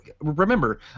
remember